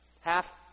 half